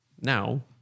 Now